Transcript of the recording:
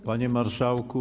Panie Marszałku!